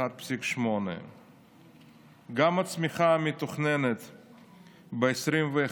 1.8%. גם הצמיחה המתוכננת ב-2021,